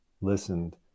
listened